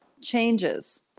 changes